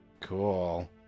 Cool